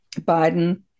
Biden